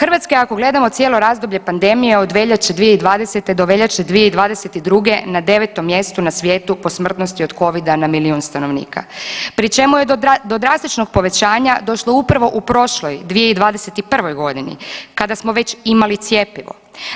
Hrvatska je ako gledamo cijelo razdoblje pandemije od veljače 2020. do veljače 2022. na 9 mjestu na svijetu po smrtnosti od Covida na milion stanovnika pri čemu je do drastičnog povećanja došlo upravo u prošloj 2021. godini kada smo već imali cjepivo.